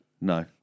No